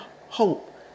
hope